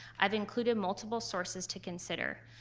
i've included multiple sources to consider.